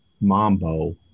mambo